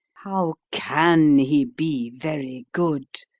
how can he be very good,